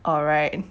alright